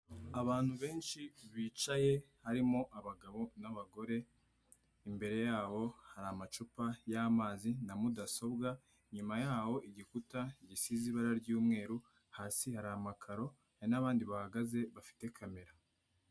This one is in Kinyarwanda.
Abantu benshi bicaye harimo abagabo n'abagore imbere yabo hari amacupa y'amazi na mudasobwa inyuma yaho igikuta gisize ibara ry'umweru hasi hari amakaro hari n'abandi bahagaze bafite camera.